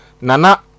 Nana